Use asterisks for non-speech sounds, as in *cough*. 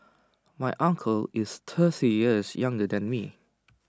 my uncle is *unintelligible* years younger than me